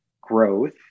growth